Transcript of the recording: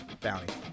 Bounty